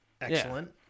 excellent